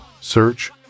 search